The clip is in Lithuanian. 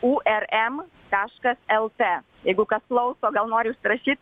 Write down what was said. u er em taškas lt jeigu kas klauso gal nori užsirašyt